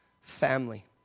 family